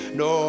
no